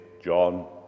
John